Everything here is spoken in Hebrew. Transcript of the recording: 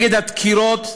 נגד הדקירות,